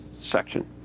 section